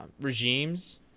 regimes